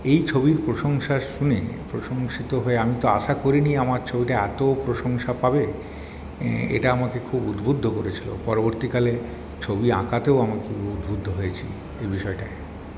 এই ছবির প্রশংসা শুনে প্রশংসিত হয়ে আমি তো আশা করিনি আমার ছবিটা এত প্রশংসা পাবে এটা আমাকে খুব উদ্বুদ্ধ করেছিল পরবর্তীকালে ছবি আঁকাতেও আমি খুব উদ্বুদ্ধ হয়েছি এই বিষয়টায়